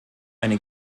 eine